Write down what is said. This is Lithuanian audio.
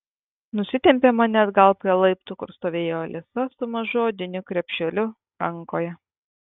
nusitempė mane atgal prie laiptų kur stovėjo alisa su mažu odiniu krepšeliu rankoje